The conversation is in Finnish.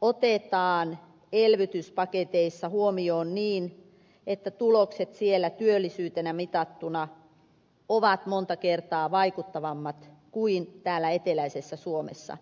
otetaan elvytyspaketeissa huomioon niin että tulokset siellä työllisyytenä mitattuna ovat monta kertaa vaikuttavammat kuin täällä eteläisessä suomessa